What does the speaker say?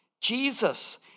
Jesus